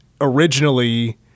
originally